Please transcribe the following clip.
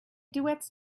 duets